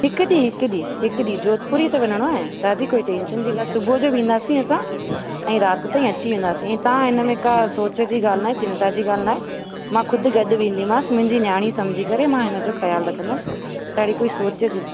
हिकु ॾींहुं हिकु ॾींहुं हिकु ॾींहुं जोधपुर ई त वञिणो आहे दादी कोई टैंशन जी ॻाल्हि सुबुह जो वेंदासीं असां ऐं राति ताईं अची वेंदासीं ऐं तव्हां इनमें का सोच जी ॻाल्हि न आहे चिंता जी ॻाल्हि न आहे मां खुदि गॾु वेंदीमास मुंहिंजी नयाणी सम्झी करे मां इनजो ख़्यालु रखंदमि त अहिड़ी कोई सोच जी